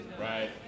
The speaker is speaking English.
Right